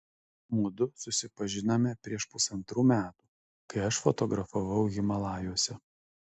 mudu susipažinome prieš pusantrų metų kai aš fotografavau himalajuose